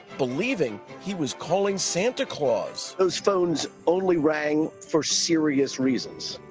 believing he was calling santa claus. those phones only rang for serious reasons.